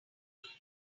global